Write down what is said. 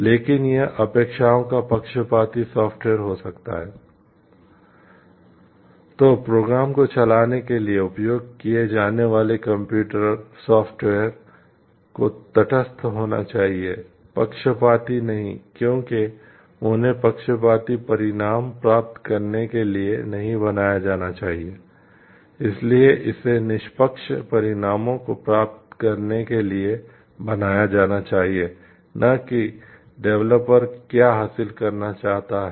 इसलिए प्रोग्राम को चलाने के लिए उपयोग किए जाने वाले कंप्यूटर सॉफ़्टवेयर क्या हासिल करना चाहता है